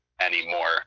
anymore